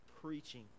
preaching